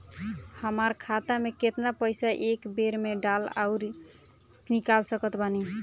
हमार खाता मे केतना पईसा एक बेर मे डाल आऊर निकाल सकत बानी?